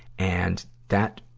and that